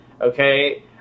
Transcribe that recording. Okay